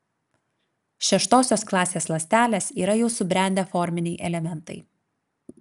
šeštosios klasės ląstelės yra jau subrendę forminiai elementai